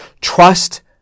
trust